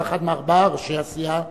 אתה אחד מארבעה ראשי הסיעה,